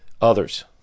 others